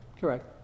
Correct